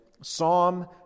Psalm